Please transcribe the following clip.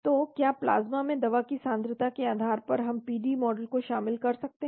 तो क्या प्लाज्मा में दवा की सांद्रता के आधार पर हम पीडी मॉडल को शामिल कर सकते हैं